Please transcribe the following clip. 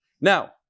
Now